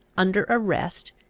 under arrest,